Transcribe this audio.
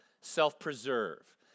self-preserve